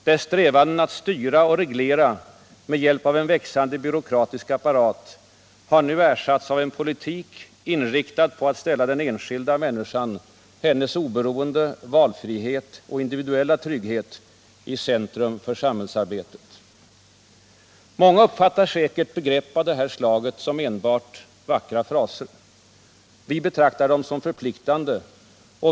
Dess strävanden att styra och reglera med hjälp av en växande byråkratisk apparat har nu ersatts av en politik inriktad på att ställa den enskilda människan, hennes oberoende, valfrihet och individuella trygghet i centrum för samhällsarbetet. Många uppfattar säkert begrepp av det här slaget som enbart vackra fraser. Vi betraktar dem som förpliktande.